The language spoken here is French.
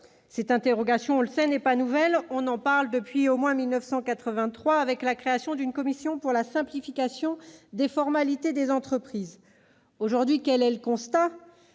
Cette interrogation n'est pas nouvelle ; on en parle depuis au moins 1983 et la création d'une commission pour la simplification des formalités des entreprises. Aujourd'hui, quel est le constat ?